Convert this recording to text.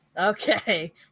Okay